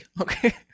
okay